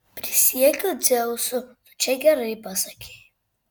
prisiekiu dzeusu tu čia gerai pasakei